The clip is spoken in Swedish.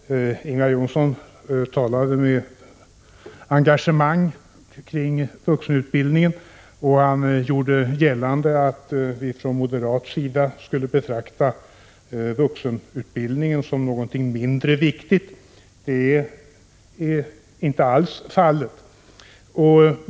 Herr talman! Ingvar Johnsson talade med engagemang om vuxenutbildningen, och han gjorde gällande att vi från moderat sida skulle betrakta vuxenutbildningen som någonting mindre viktigt. Det är inte alls fallet.